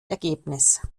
ergebnis